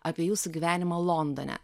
apie jūsų gyvenimą londone